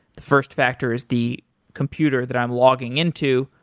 first factor is the computer that i'm logging into,